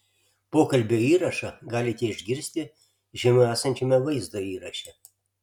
pokalbio įrašą galite išgirsti žemiau esančiame vaizdo įraše